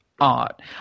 art